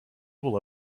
will